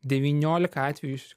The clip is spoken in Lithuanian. devyniolika atvejų iš